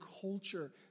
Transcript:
culture